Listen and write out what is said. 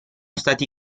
stati